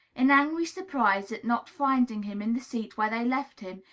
in angry surprise at not finding him in the seat where they left him,